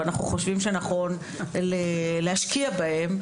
ואנחנו חושבים שנכון להשקיע בהם,